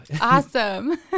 Awesome